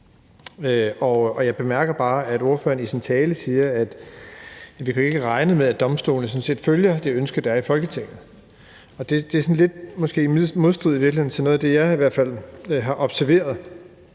Og jeg bemærker bare, at ordføreren i sin tale siger, at vi jo ikke kan regne med, at domstolene sådan set følger det ønske, der er i Folketinget. Det er måske i virkeligheden lidt i modstrid med noget af det, jeg i hvert fald har observeret.